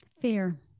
Fear